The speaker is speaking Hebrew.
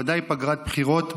ודאי פגרת בחירות,